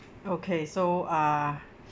okay so uh